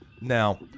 Now